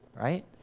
right